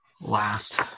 last